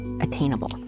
attainable